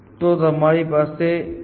તો તમારી પાસે છે